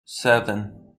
seven